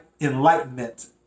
enlightenment